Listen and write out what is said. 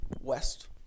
west